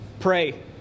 Pray